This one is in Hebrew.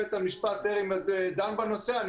בית המשפט טרם דן בנושא.